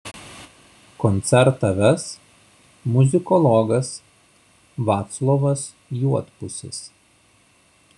koncertą ves muzikologas vaclovas juodpusis